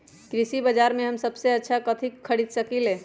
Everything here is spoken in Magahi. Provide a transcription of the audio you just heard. कृषि बाजर में हम सबसे अच्छा कथि खरीद सकींले?